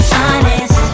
honest